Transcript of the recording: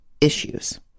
issues